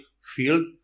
field